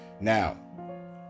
Now